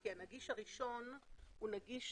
כי ה-נגיש הראשון הוא נגיש